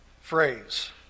phrase